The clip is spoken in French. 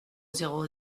zéro